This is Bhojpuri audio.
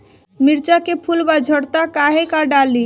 मिरचा के फुलवा झड़ता काहे का डाली?